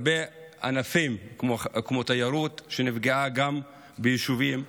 הרבה ענפים, כמו תיירות, שנפגעה גם ביישובים,